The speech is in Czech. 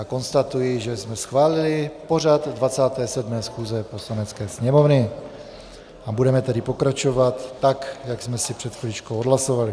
Konstatuji, že jsme schválili pořad 27. schůze Poslanecké sněmovny, budeme tedy pokračovat tak, jak jsme si před chviličkou odhlasovali.